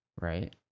right